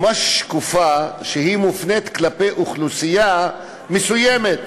ממש שקופה, שמופנית כלפי אוכלוסייה מסוימת,